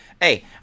hey